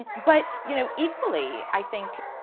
but you know, equally i think,